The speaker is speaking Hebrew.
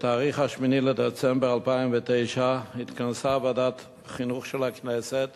בתאריך 8 בדצמבר 2009 התכנסה ועדת החינוך של הכנסת